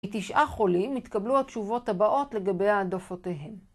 תשעה חולים התקבלו התשובות הבאות לגבי העדפותיהם.